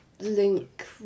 link